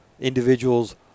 individuals